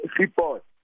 report